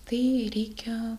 tai reikia